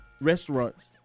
restaurants